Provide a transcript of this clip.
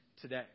today